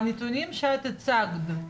הנתונים שאת הצגת,